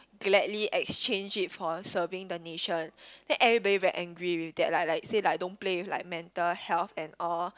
gladly exchange it for serving the nation then everybody very angry with that like like say like don't play with like mental health and all